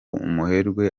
umuherwe